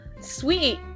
sweet